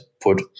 put